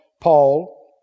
Paul